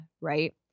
right